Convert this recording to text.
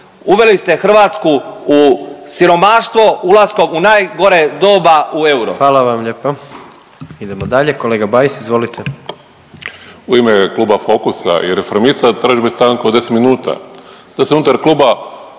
uveli ste Hrvatsku u siromaštvo ulaskom u najgore doba u euro.